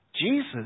Jesus